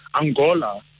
Angola